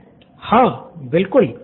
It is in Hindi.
स्टूडेंट 1 हाँ बिलकुल